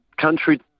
country